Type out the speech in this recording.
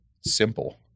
simple